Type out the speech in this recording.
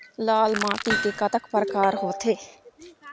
लाल माटी के कतक परकार होथे?